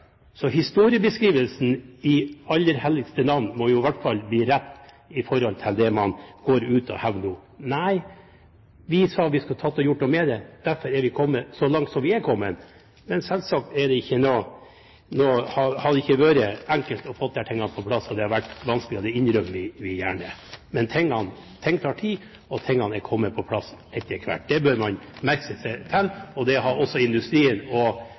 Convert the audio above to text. Så historiebeskrivelsen, i aller helligste navn, må i hvert fall bli rett i forhold til det man nå går ut og hevder. Nei, vi sa at vi skulle gjøre noe med det. Derfor har vi kommet så langt som vi har kommet. Men selvsagt har det ikke vært enkelt å få disse tingene på plass. Det har vært vanskelig, og det innrømmer vi gjerne. Men ting tar tid, og tingene er kommet på plass etter hvert. Det bør man legge merke til. Det har også industrien og